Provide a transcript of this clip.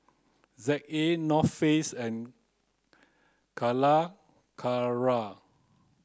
Z A North Face and Calacara